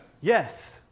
Yes